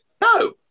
no